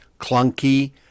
clunky